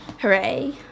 Hooray